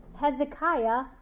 Hezekiah